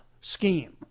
scheme